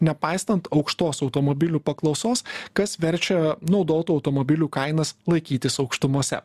nepaisant aukštos automobilių paklausos kas verčia naudotų automobilių kainas laikytis aukštumose